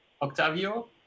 Octavio